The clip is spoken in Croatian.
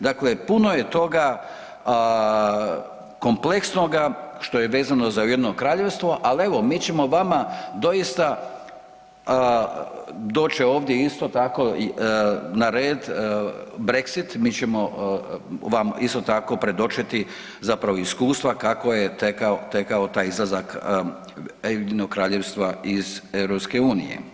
Dakle, puno je toga kompleksnoga što je vezano za Ujedinjeno Kraljevstvo ali evo mi ćemo vama doista, doći će ovdje isto tako na red Brexit, mi ćemo vam isto tako predočiti zapravo iskustva kako je tekao taj izlazak Ujedinjenog Kraljevstva iz EU.